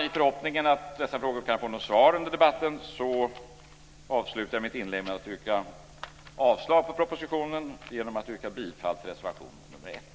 I förhoppningen att dessa frågor kan få något svar under debatten avslutar jag mitt inlägg med att yrka avslag på propositionen genom att yrka bifall till reservation 1.